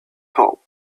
top